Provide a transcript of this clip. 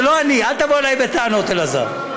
זה לא אני, אל תבוא אלי בטענות, אלעזר.